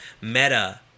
Meta